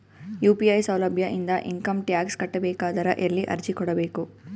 UPI ಸೌಲಭ್ಯ ಇಂದ income tax ಕಟ್ಟಬೇಕಾದರ ಎಲ್ಲಿ ಅರ್ಜಿ ಕೊಡಬೇಕು?